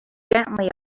gently